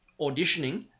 auditioning